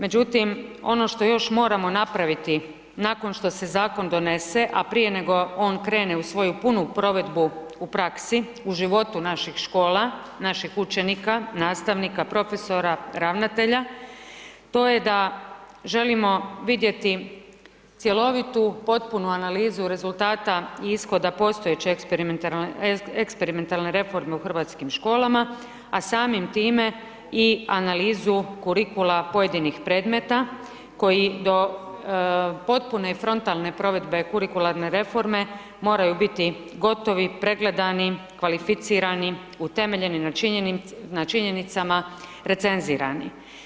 Međutim, ono što još moramo napraviti nakon što se zakon donese, a prije nego on krene u svoju punu provedbu u praksi u životu naših škola, naših učenika, nastavnika, profesora, ravnatelja to je da želimo vidjeti cjelovitu potpunu analizu rezultata i ishoda postojeće eksperimentalne reforme u hrvatskim školama, a samim time i analizu kurikula pojedinih predmeta koji do potpune i frontalne provedbe kurikularne reforme moraju biti gotovi, pregledani, kvalificirani, utemeljeni na činjenicama, recenzirani.